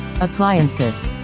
appliances